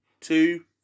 two